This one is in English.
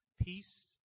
peace